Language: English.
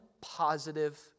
positive